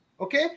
Okay